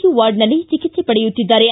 you ವಾರ್ಡ್ನಲ್ಲಿ ಚಿಕಿತ್ಸೆ ಪಡೆಯುತ್ತಿದ್ದಾರೆ